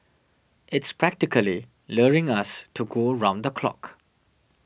it's practically luring us to go round the clock